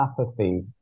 apathy